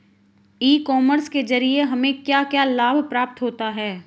ई commerce के ज़रिए हमें क्या क्या लाभ प्राप्त होता है?